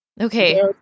okay